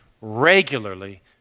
regularly